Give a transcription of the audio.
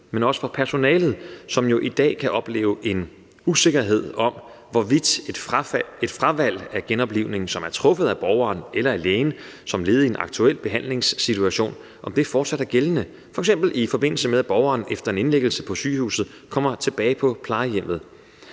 men også for personalet, som jo i dag kan opleve en usikkerhed om, hvorvidt et fravalg af genoplivning, som er truffet af borgeren eller af lægen som led i en aktuel behandlingssituation, fortsat er gældende. Det er f.eks. i forbindelse med, at borgeren efter en indlæggelse på sygehuset kommer tilbage på plejehjemmet.